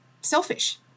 selfish